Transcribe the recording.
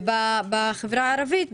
ואילו בחברה הערבית,